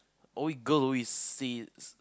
alway we go away sees